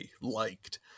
liked